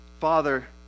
Father